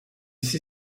see